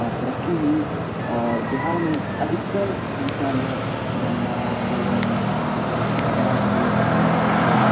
اور ترقی ہوئی اور بہار میں ادھکتر سنکھیا میں گنا ہوتی ہے گنا ہوتی ہے اس کے بعد